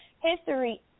history